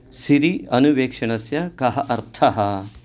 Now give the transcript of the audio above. सिरि अनुवेक्षणस्य कः अर्थः